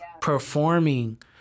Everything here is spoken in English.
Performing